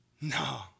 No